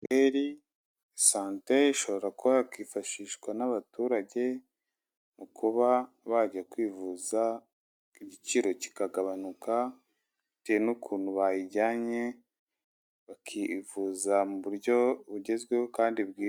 Mituweri sante ishobora kuba hakifashishwa n'abaturage mu kuba bajya kwivuza, igiciro kikagabanuka bitewe n'ukuntu bayijyanye, bakivuza mu buryo bugezweho kandi bwiza.